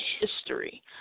history